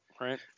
right